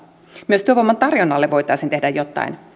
myös työvoiman tarjonnalle voitaisiin tehdä jotain